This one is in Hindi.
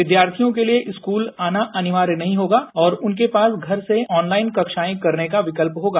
विद्यार्थियों के लिए स्कूल आना अनिवार्य नहीं होगा और उनके पास घर से आनलाइन कक्षाएं करने का विकल्प होगा